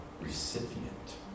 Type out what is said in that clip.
recipient